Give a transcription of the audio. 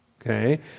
okay